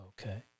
Okay